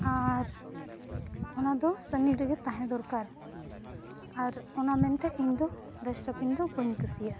ᱟᱨ ᱚᱱᱟᱫᱚ ᱥᱟᱺᱜᱤᱧ ᱨᱮᱜᱮ ᱛᱟᱦᱮᱸ ᱫᱚᱨᱠᱟᱨ ᱟᱨ ᱚᱱᱟ ᱢᱮᱱᱛᱮ ᱤᱧᱫᱚ ᱰᱟᱥᱴᱵᱤᱱ ᱫᱚ ᱵᱟᱹᱧ ᱠᱩᱥᱤᱭᱟᱜᱼᱟ